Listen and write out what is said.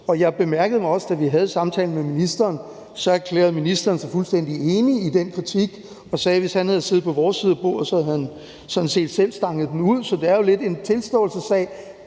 Jeg bemærkede mig også, at da vi havde samtalen med ministeren, erklærede ministeren sig fuldstændig enig i den kritik og sagde, at hvis han havde siddet på vores side af bordet, havde han sådan set selv stanget den ud, så det er jo lidt en tilståelsessag.